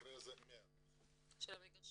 במקרה זה 100%. כן.